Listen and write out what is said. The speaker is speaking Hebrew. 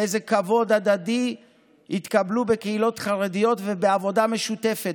באיזה כבוד הדדי התקבלו בקהילות חרדיות ובעבודה משותפת.